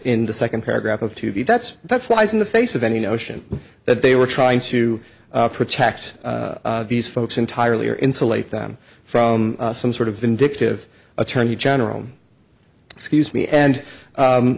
in the second paragraph of to be that's that flies in the face of any notion that they were trying to protect these folks entirely or insulate them from some sort of indictive attorney general excuse me and